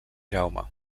jaume